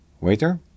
Waiter